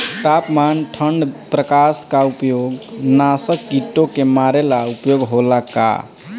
तापमान ठण्ड प्रकास का उपयोग नाशक कीटो के मारे ला उपयोग होला का?